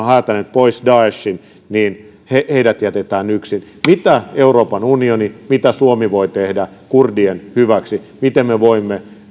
häätäneet pois daeshin niin heidät jätetään yksin mitä euroopan unioni mitä suomi voi tehdä kurdien hyväksi miten me voimme